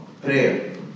prayer